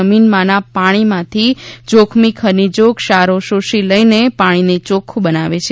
જમીનમાના પાણીમાથી જોખમી ખનીજો ક્ષારો શોષી લઇને પાણીને ચોખ્ખું બનાવે છે